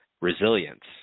resilience